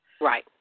Right